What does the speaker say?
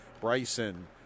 Bryson